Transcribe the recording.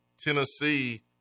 Tennessee